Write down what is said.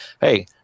hey